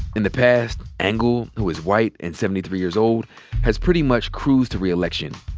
in the past engle who is white and seventy three years old has pretty much cruised to reelection.